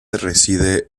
reside